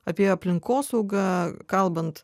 apie aplinkosaugą kalbant